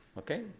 ok,